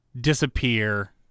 disappear